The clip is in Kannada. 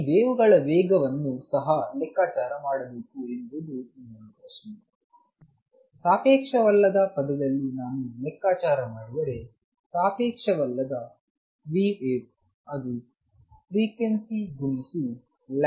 ಈ ವೇವ್ ಗಳ ವೇಗವನ್ನು ಸಹ ಲೆಕ್ಕಾಚಾರ ಮಾಡಬೇಕು ಎಂಬುದು ಇನ್ನೊಂದು ಪ್ರಶ್ನೆ ಸಾಪೇಕ್ಷವಲ್ಲದ ಪದದಲ್ಲಿ ನಾನು ಲೆಕ್ಕಾಚಾರ ಮಾಡಿದರೆ ಸಾಪೇಕ್ಷವಲ್ಲದ vwaves ಅದು ಫ್ರೀಕ್ವೆನ್ಸಿ ಗುಣಿಸು λ